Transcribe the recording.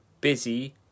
busy